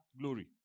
Glory